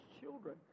children